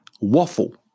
waffle